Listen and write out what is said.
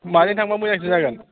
माजों थांबा मोजांसिन जागोन